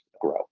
grow